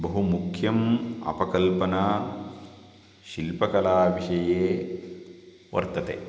बहु मुख्यम् अपकल्पना शिल्पकलाविषये वर्तते